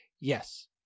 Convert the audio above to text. Yes